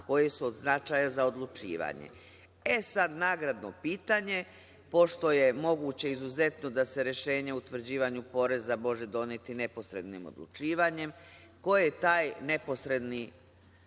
koje su od značaja za odlučivanje. Sad, nagradno pitanje, pošto je moguće izuzetno da se rešenje o utvrđivanju poreza može doneti neposrednim odlučivanjem, ko je taj neposredni